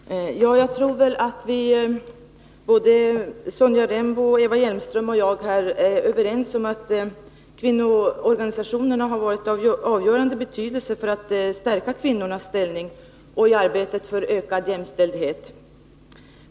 Fru talman! Jag tror att såväl Sonja Rembo som Eva Hjelmström och jag är överens om att kvinnoorganisationerna har varit av avgörande betydelse för att stärka kvinnornas ställning och för arbetet för ökad jämställdhet.